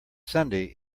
sunday